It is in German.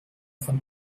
von